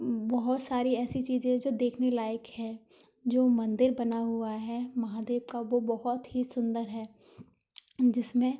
बहुत सारी ऐसी चीजें जो देखने लायक हैं जो मंदिर बना हुआ है महादेव का वो बहुत ही सुंदर है जिसमें